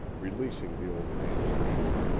releasing the old man's hand,